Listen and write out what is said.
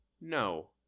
No